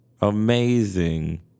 Amazing